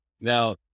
now